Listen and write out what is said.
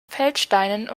feldsteinen